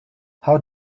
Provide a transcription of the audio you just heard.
how